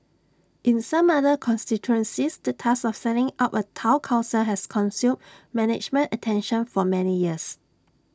in some other constituencies the task of setting up A Town Council has consumed management attention for many years